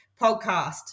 podcast